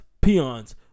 Peons